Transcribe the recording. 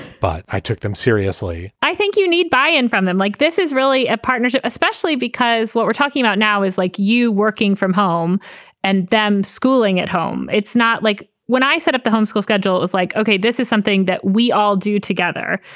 but i took them seriously i think you need buy in from them like this is really a partnership, especially because what we're talking about now is like you working from home and then schooling at home. it's it's not like when i set up the homeschool schedule, it was like, ok, this is something that we all do together.